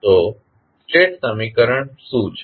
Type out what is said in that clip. તો સ્ટેટ સમીકરણ શું છે